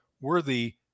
worthy